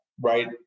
right